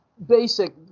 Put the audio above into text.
Basic